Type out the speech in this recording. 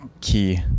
key